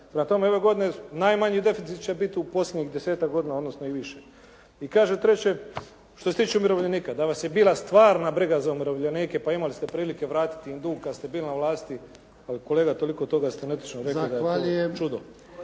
tome, ove godine najmanji deficit će biti u posljednjih desetak godina i više. I kaže treće, što se tiče umirovljenika da vas je bila stvarna briga za umirovljenike pa imali ste prilike vratiti im dug kad ste bili na vlasti, ali kolega toliko toga se netočno rekli da je to čudo.